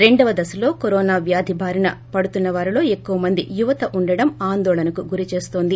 రెండవ దశలో కరోనా వ్యాధి బారిన పడుతున్నవారిలో ఎక్కువ మంది యువత ఉండడం ఆందోళనకు గురిచేస్తోంది